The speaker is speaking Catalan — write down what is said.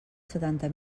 setanta